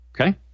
Okay